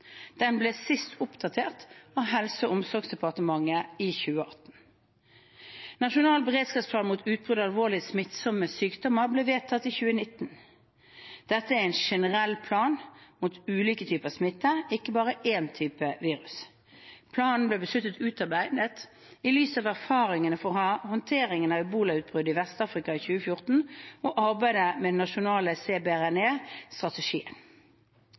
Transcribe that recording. Den ble sist oppdatert av Helse- og omsorgsdepartementet i 2018. Nasjonal beredskapsplan mot utbrudd av alvorlige smittsomme sykdommer ble vedtatt i 2019. Dette er en generell plan mot ulike typer smitte, ikke bare én type virus. Planen ble besluttet utarbeidet i lys av erfaringene fra håndteringen av ebola-utbruddet i Vest-Afrika i 2014 og arbeidet med den nasjonale